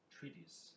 Treaties